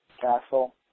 Castle